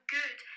good